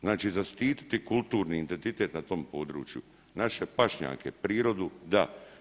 Znači zaštiti kulturni identitet na tom području, naše pašnjake, prirodu, da.